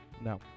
No